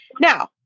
now